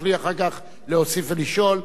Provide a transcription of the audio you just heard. תוכלי אחר כך להוסיף ולשאול.